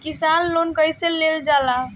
किसान लोन कईसे लेल जाला?